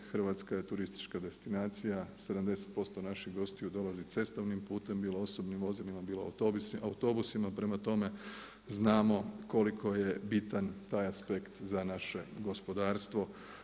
Hrvatska je turistička destinacija, 70% naših gostiju dolazi cestovnim putem, bilo osobnim vozilima bilo autobusima prema tome znamo koliko je bitan taj aspekt za naše gospodarstvo.